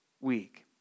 week